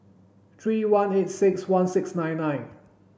three one eight six one six nine nine